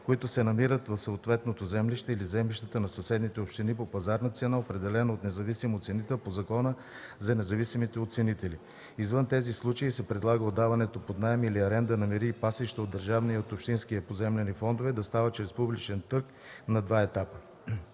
които се намират в съответното землище или в землищата на съседните общини, по пазарна цена, определена от независим оценител по Закона за независимите оценители. Извън тези случаи се предлага отдаването под наем или аренда на мери и пасища от държавния и от общинския поземлени фондове да става чрез публичен търг на два етапа.